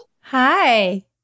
Hi